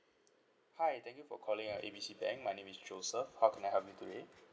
hi thank you for calling uh A B C bank my name is joseph how can I help you today